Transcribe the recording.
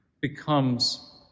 becomes